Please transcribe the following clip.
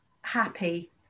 happy